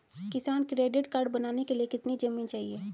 किसान credit card बनाने के लिए कितनी जमीन चाहिए?